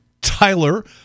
Tyler